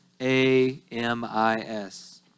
A-M-I-S